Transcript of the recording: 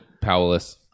powerless